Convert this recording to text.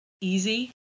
easy